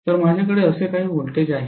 तर माझ्याकडे असे काही व्होल्टेज आहे